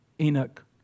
Enoch